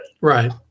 Right